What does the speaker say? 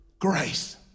grace